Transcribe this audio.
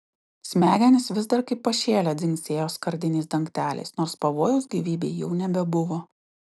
smegenys vis dar kaip pašėlę dzingsėjo skardiniais dangteliais nors pavojaus gyvybei jau nebebuvo